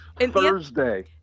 Thursday